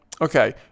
Okay